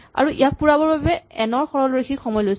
আৰু ইয়াক পুৰাবৰ বাবে এন ৰ সৰলৰৈখিক সময় লাগিছিল